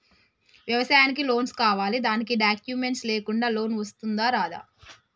వ్యవసాయానికి లోన్స్ కావాలి దానికి డాక్యుమెంట్స్ లేకుండా లోన్ వస్తుందా రాదా?